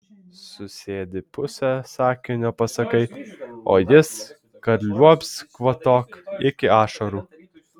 susėdi pusę sakinio pasakai o jis kad liuobs kvatok iki ašarų